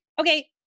Okay